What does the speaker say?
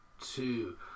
two